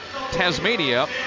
Tasmania